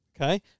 Okay